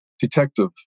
detective